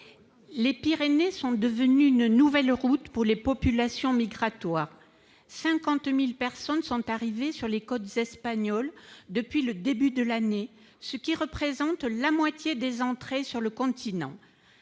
les Pyrénées sont devenues une nouvelle route pour les populations migrantes : 50 000 personnes sont arrivées sur les côtes espagnoles depuis le début de l'année, ce qui représente la moitié des entrées sur le continent.